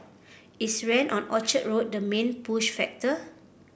is rent on Orchard Road the main push factor